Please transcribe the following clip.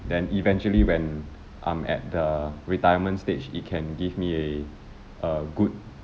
then eventually when I'm at the retirement stage it can give me a a good